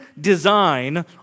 design